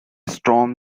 storm